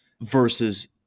versus